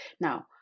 Now